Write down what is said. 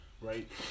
right